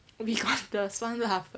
we got the 酸辣粉